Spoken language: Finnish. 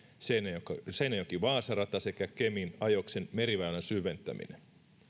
seinäjoki seinäjoki vaasa rata sekä kemin ajoksen meriväylän syventäminen